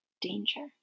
Danger